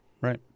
Right